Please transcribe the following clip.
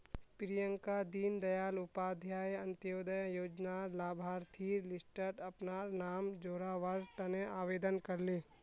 प्रियंका दीन दयाल उपाध्याय अंत्योदय योजनार लाभार्थिर लिस्टट अपनार नाम जोरावर तने आवेदन करले